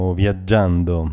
viaggiando